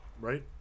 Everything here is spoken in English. right